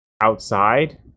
outside